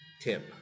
tim